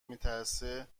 میترسه